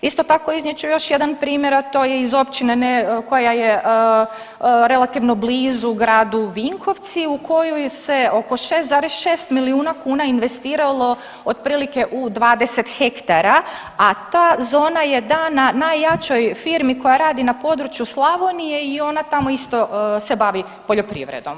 Isto tako iznijet ću još jedan primjer, a to iz općine koja je relativno blizu gradu Vinkovci u kojoj se oko 6,6 milijuna kuna investiralo otprilike u 20 hektara, a ta zona je dana najjačoj firmi koja radi na području Slavonije i ona tamo isto se bavi poljoprivredom.